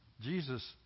Jesus